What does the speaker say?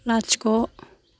लाथिख'